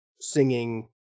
singing